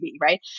Right